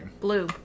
Blue